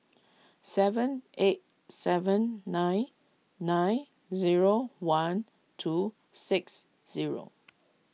seven eight seven nine nine zero one two six zero